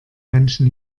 menschen